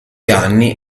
anni